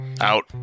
out